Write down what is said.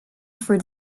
for